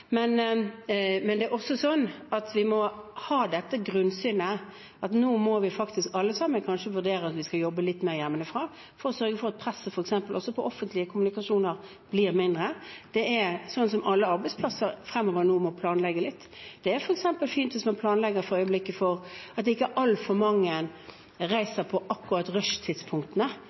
Men det er også sånn at vi må ha det grunnsynet at vi faktisk alle sammen må vurdere om vi kanskje skal jobbe litt mer hjemmefra for å sørge for at f.eks. presset på offentlig kommunikasjon blir mindre. Alle arbeidsplasser må nå planlegge litt fremover. Det er fint hvis man for øyeblikket f.eks. planlegger for at ikke altfor mange reiser akkurat på rushtidspunktene,